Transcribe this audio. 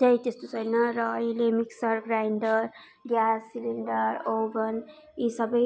चाहिँ त्यस्तो छैन र अहिले mixer grinder gas cylinder oven यी सबै